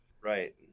right